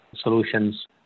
solutions